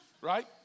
right